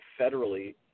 federally